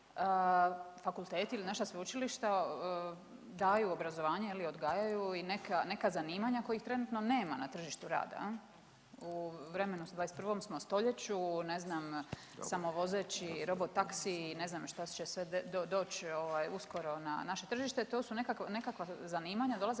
Fakulteti ili naša sveučilišta daju obrazovanje ili odgajaju i neka zanimanja kojih trenutno nema na tržištu rada. U vremenu, u 21 smo stoljeću. Ne znam samovozeći robot taxi i ne znam što će sve doći uskoro na naše tržište. To su nekakva zanimanja dolaze